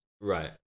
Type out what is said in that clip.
Right